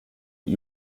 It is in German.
die